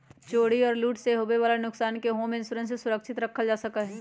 चोरी और लूट से होवे वाला नुकसान के होम इंश्योरेंस से सुरक्षित रखल जा सका हई